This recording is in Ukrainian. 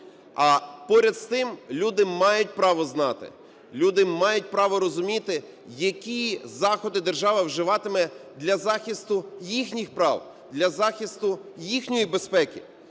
А поряд з тим, люди мають право знати, люди мають право розуміти, які заходи держава вживатиме для захисту їхніх прав, для захисту їхньої безпеки.